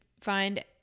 find